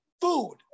food